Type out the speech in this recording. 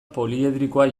poliedrikoa